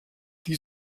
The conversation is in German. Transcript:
die